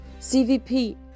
CVP